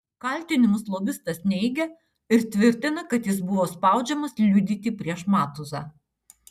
kaltinimus lobistas neigia ir tvirtina kad jis buvo spaudžiamas liudyti prieš matuzą